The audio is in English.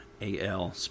A-L